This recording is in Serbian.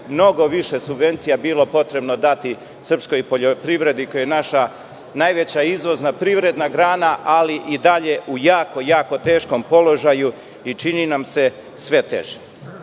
mnogo više subvencija bilo potrebno dati srpskoj poljoprivredi, koja je naša najveća izvozna privredna grana, ali i dalje u jako, jako teškom položaju i čini nam se sve